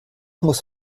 muss